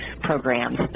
programs